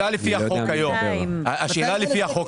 הפכו